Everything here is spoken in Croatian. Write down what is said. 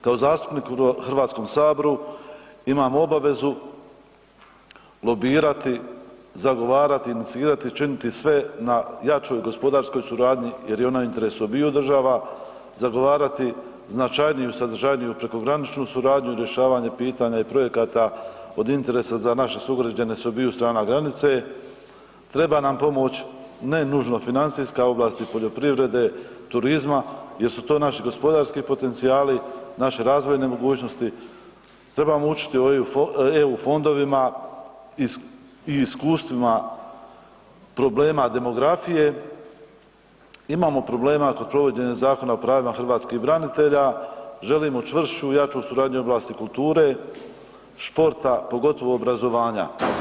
Kao zastupnik u Hrvatskom saboru, imam obvezu lobirati, zagovarati, inicirati i učiniti sve na jačoj gospodarskoj suradnji jer je ona u interesu obiju država, zagovarati značajniju, sadržajniju prekograničnu suradnju i rješavanje pitanja i projekata od interesa za naše sugrađane sa obiju strana granice, treba nam pomoć ne nužno financijska, ovlasti poljoprivrede, turizma jer su to naši gospodarski potencijali, naše razvojne mogućnosti, trebamo učiti o EU fondovima i iskustvima problema demografije, imamo problema kod provođenja Zakona o pravima hrvatskih branitelja, želimo čvršću i jaču suradnju u oblasti kulture, športa, pogotovo obrazovanja.